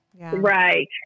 Right